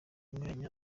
mwanya